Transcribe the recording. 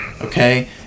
Okay